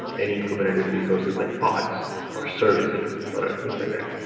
any kubernetes resources like pods or services or things like that,